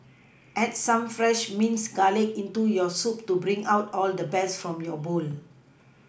add some fresh minced garlic into your soup to bring out all the best from your bowl